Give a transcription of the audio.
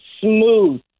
smooth